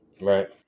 Right